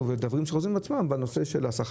לגבי השכר שמוצע בענפים אחרים ומה שנדרש באחריות